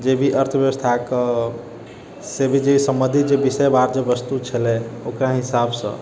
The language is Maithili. जे भी अर्थ व्यवस्थाके से भी जे संबन्धित जे विषयवार जे वस्तु छलै ओकरा हिसाबसँ